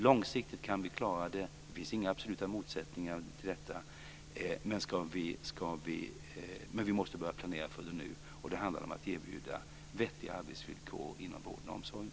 Långsiktigt kan vi klara det - det finns inga absoluta motsättningar till det. Men vi måste börja planera för det nu, och det handlar om att erbjuda vettiga arbetsvillkor inom vården och omsorgen.